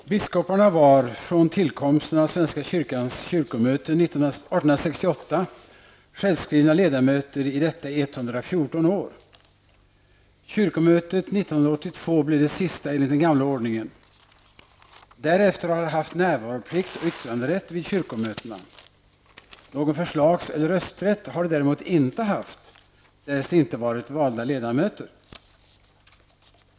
Fru talman! Biskoparna var från tillkomsten av Svenska kyrkans kyrkomöte 1868 självskrivna ledamöter av detta i 114 år. Kyrkomötet 1982 blev det sista enligt den gamla ordningen. Därefter har biskoparna haft närvaroplikt och yttranderätt vid kyrkomötena. Någon förslags eller rösträtt har de däremot inte haft, därest de inte varit valda ledamöter.